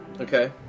okay